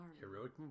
Heroic